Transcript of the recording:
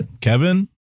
Kevin